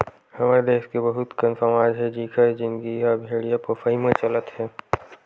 हमर देस के बहुत कन समाज हे जिखर जिनगी ह भेड़िया पोसई म चलत हे